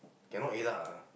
cannot already lah